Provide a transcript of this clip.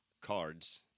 cards